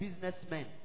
businessmen